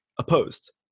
opposed